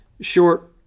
short